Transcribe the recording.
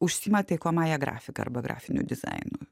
užsiima taikomąja grafika arba grafiniu dizainu